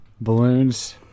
balloons